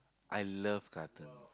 I love cartoon